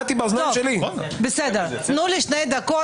תנו לי שתי דקות.